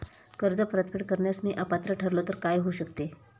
कर्ज परतफेड करण्यास मी अपात्र ठरलो तर काय होऊ शकते?